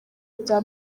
bya